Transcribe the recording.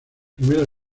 primera